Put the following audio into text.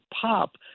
pop